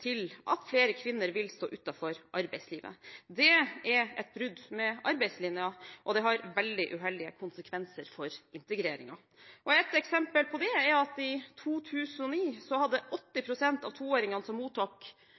til at flere kvinner vil stå utenfor arbeidslivet. Det er et brudd med arbeidslinjen, og det har veldig uheldige konsekvenser for integreringen. Et eksempel på det er at i 2009 hadde 80 pst. av toåringene som mottok